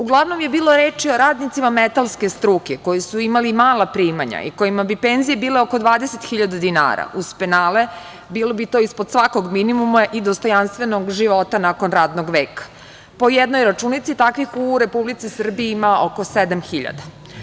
Uglavnom je bilo reči o radnicima metalske struke koji su imali mala primanja i kojima bi penzije bile oko 20.000 dinara, uz penale bilo bi to ispod svakog minimuma i dostojanstvenog života nakon radnog veka, a po jednoj računici takvih u Republici Srbiji ima oko 7.000.